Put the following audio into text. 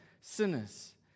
sinners